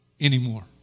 anymore